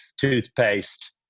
toothpaste